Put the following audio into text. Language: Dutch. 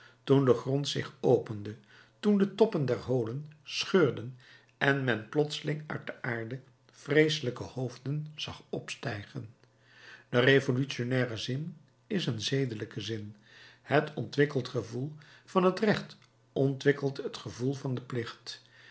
toen de grond zich opende toen de toppen der holen scheurden en men plotseling uit de aarde vreeselijke hoofden zag opstijgen de revolutionnaire zin is een zedelijke zin het ontwikkeld gevoel van het recht ontwikkelt het gevoel van den plicht